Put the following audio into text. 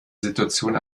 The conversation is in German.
situation